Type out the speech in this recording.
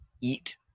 eat